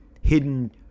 hidden